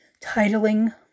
titling